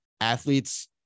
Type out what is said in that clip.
athletes